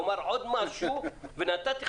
עוד משהו ואפשרתי לך,